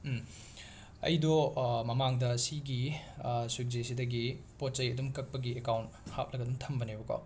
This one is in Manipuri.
ꯑꯩꯗꯣ ꯃꯃꯥꯡꯗ ꯁꯤꯒꯤ ꯁ꯭ꯋꯤꯠꯖꯤꯁꯤꯗꯒꯤ ꯄꯣꯠ ꯆꯩ ꯑꯗꯨꯝ ꯀꯛꯄꯒꯤ ꯑꯦꯀꯥꯎꯟ ꯍꯥꯞꯂꯒ ꯑꯗꯨꯝ ꯊꯝꯕꯅꯦꯕꯀꯣ